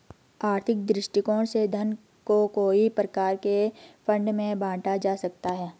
आर्थिक दृष्टिकोण से धन को कई प्रकार के फंड में बांटा जा सकता है